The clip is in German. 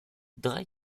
drei